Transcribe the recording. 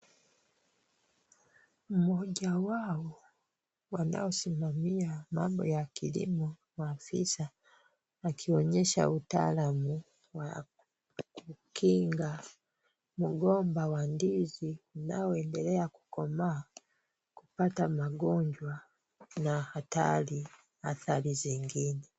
Mmoja wao wanaosimamia mambo ya kilimo maafisa akionyesha utaalamu wa kukinga mgomba wa ndizi unaoendelea kukomaa kupata magonjwa na hatari zingine.